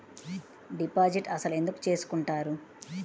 Deposit అసలు ఎందుకు చేసుకుంటారు?